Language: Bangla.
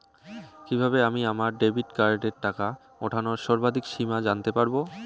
কিভাবে আমি আমার ডেবিট কার্ডের টাকা ওঠানোর সর্বাধিক সীমা জানতে পারব?